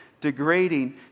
degrading